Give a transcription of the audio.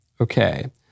Okay